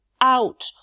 out